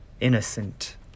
innocent